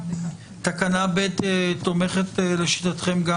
תקנה ב תומכת לשיטתכם גם